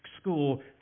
school